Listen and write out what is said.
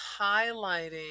highlighting